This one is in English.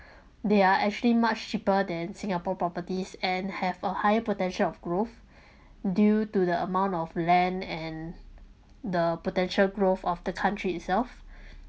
they are actually much cheaper than singapore properties and have a higher potential of growth due to the amount of land and the potential growth of the country itself